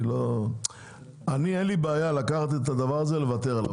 אני אין לי בעיה לקחת את הדבר הזה ולוותר עליו,